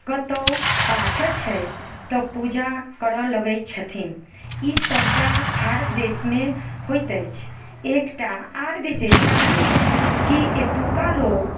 कतौ पाथर छै तऽ पूजा करऽ लगै छथिन ई सबटा भारत देश मे होइत अछि एकटा आर विशेषता अछि की एतुका लोग